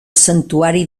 santuari